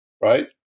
right